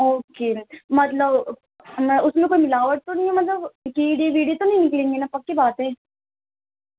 okay مطلب میں اس میں کوئی ملاوٹ تو نہیں ہے مطلب کیڑے ویڑے تو نہیں نکلیں گے نا پکی بات ہے